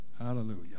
Hallelujah